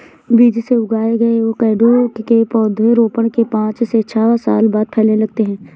बीज से उगाए गए एवोकैडो के पौधे रोपण के पांच से छह साल बाद फलने लगते हैं